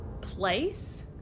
place